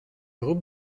groupe